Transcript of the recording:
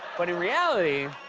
but in reality,